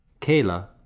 Kayla